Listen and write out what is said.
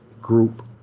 group